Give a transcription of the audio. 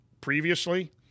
previously